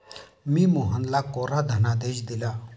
मी मोहनला कोरा धनादेश दिला